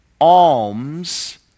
alms